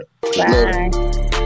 bye